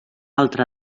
altra